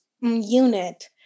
unit